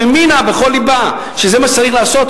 שהאמינה בכל לבה שזה מה שצריך לעשות,